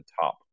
top